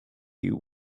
you